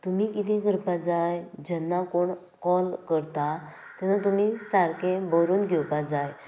तुमी कितें करपाक जाय जेन्ना कोण कॉल करता तेन्ना तुमी सारकें बरोवन घेवपाक जाय